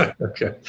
okay